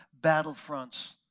battlefronts